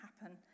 happen